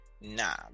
Nah